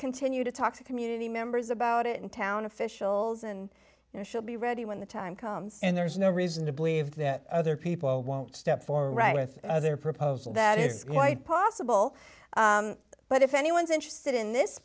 continue to talk to community members about it in town officials and you know she'll be ready when the time comes and there's no reason to believe that other people won't step for right with their proposal that it's quite possible but if anyone's interested in this